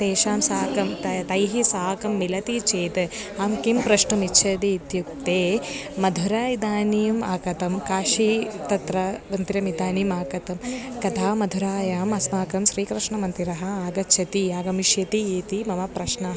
तेषां साकं त तैः साकं मिलति चेत् अहं किं प्रष्टुमिच्छति इत्युक्ते मथुरा इदानीम् आगतं काशी तत्र मन्दिरमिदानीम् आगतं कदा मथुरायाम् अस्माकं श्रीकृष्णमन्दिरम् आगच्छति आगमिष्यति इति मम प्रश्नः